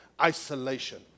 isolation